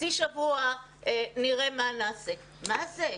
מה זה?